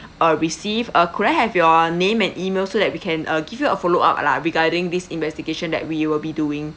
uh receive uh could I have your name and E-mail so that we can uh give you a follow up lah regarding this investigation that we will be doing